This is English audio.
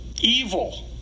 Evil